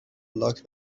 لاک